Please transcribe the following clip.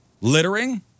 Littering